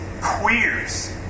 queers